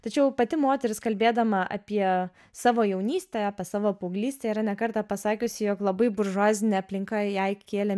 tačiau pati moteris kalbėdama apie savo jaunystę apie savo paauglystę yra ne kartą pasakiusi jog labai buržuazinė aplinka jai kėlė